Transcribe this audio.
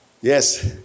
yes